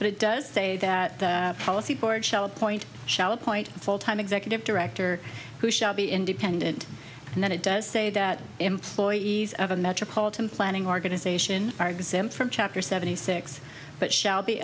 but it does say that the policy board shall appoint shall appoint a full time executive director who shall be independent and then it does say that employees of a metropolitan planning organization are exempt from chapter seventy six but shall be